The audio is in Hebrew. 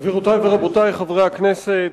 גבירותי ורבותי חברי הכנסת,